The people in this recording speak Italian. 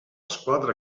squadra